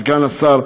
הן סגן השר,